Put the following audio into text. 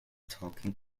talking